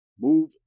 move